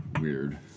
weird